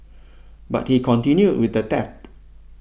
but he continued with the theft